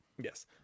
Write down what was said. Yes